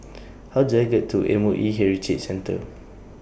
How Do I get to M O E Heritage Centre